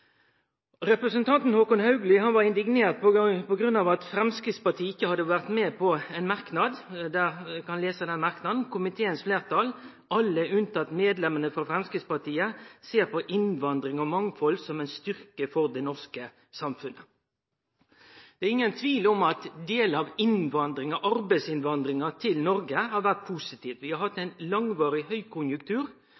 Representanten Håkon Haugli var indignert på grunn av at Framstegspartiet ikkje hadde vore med på ein merknad. Eg kan lese den merknaden: «Komiteens flertall, alle unntatt medlemmene fra Fremskrittspartiet, ser på innvandring og mangfold som en styrke for det norske samfunnet.» Det er ingen tvil om at delar av innvandringa, arbeidsinnvandringa til Noreg, har vore positiv. Vi har hatt